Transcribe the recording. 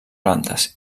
plantes